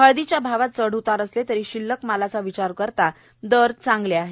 हळदीच्या भावात चढ उतार असले तरी शिल्लक मालाचा विचार करता दर चांगले आहेत